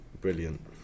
brilliant